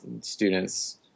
students